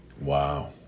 Wow